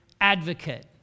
advocate